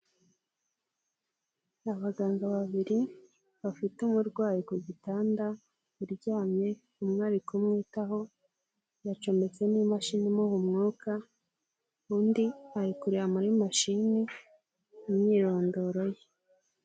Abaganga babiri bafite umurwayi ku gitanda uryamye, umwe ari kumwitaho yacometse n'imashini imuha umwuka ,undi ari kureba muri mashini imyirondoro ye.